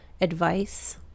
advice